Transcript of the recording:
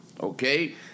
okay